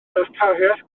darpariaeth